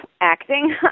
acting